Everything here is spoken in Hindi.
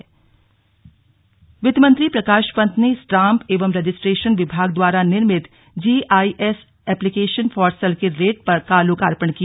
स्लग पंत जीआईएस एप्लीकेशन वित्त मंत्री प्रकाश पंत ने स्टाम्प एवं रजिस्ट्रेशन विभाग द्वारा निर्मित GIS application for circle rate का लोकार्पण किया